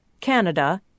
Canada